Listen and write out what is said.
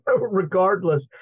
regardless